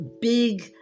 big